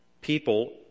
people